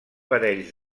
parells